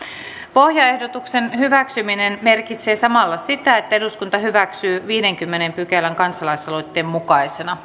pohjaehdotuksen hyväksyminen merkitsee samalla sitä että eduskunta hyväksyy viidennenkymmenennen pykälän kansalaisaloitteen mukaisena